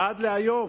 עד היום